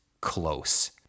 close